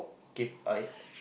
okay bye